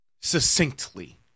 succinctly